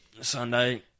Sunday